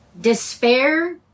Despair